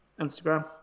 Instagram